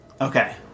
Okay